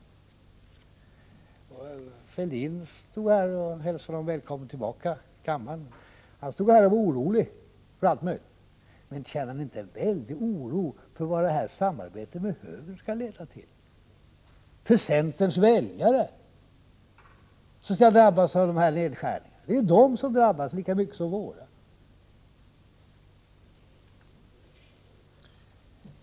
Fälldin stod här i talarstolen — jag hälsar honom välkommen tillbaka till kammaren — och var orolig för allt möjligt, men känner ni inte en väldig oro för vad detta samarbete med högern skall leda till för centerns väljare? Det är ju de som drabbas av nedskärningarna lika mycket som våra väljare.